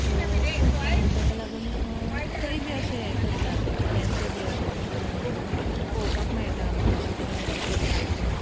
so पूण ताका लागून थंय बी अशें हें करतात तेंचे बी अशे प्रमाण हेतून पळोवपाक मेळटा आमकां अशें कितें अशें करतात ते